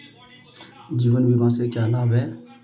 जीवन बीमा से क्या लाभ हैं?